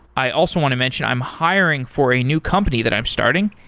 i also want to mention, i'm hiring for a new company that i'm starting,